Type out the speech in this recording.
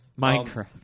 Minecraft